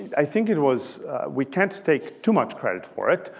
i think it was we can't take too much credit for it.